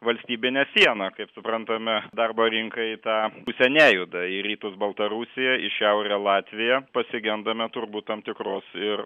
valstybinė siena kaip suprantame darbo rinka į tą pusę nejuda į rytus baltarusija į šiaurę latvija pasigendame turbūt tam tikros ir